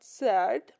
sad